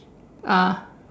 ah